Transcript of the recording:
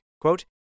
Quote